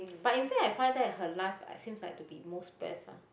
but in fact I find that her life are seems like the most blessed ah